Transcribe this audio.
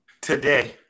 Today